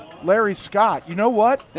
larry scott, you know what.